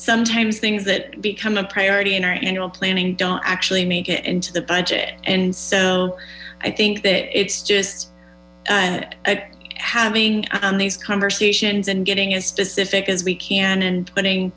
sometimes things that become a priority in our annual planning don't actually make it into the budget and so i think that it's just i'm having these conversations and getting specific as we can and putting